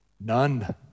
None